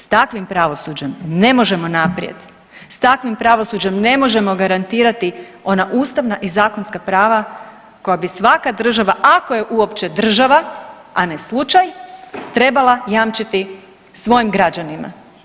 S takvim pravosuđem ne možemo naprijed, s takvim pravosuđem ne možemo garantirati ona ustavna i zakonska prava koja bi svaka država ako je uopće država, a ne slučaj trebala jamčiti svojim građanima.